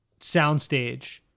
soundstage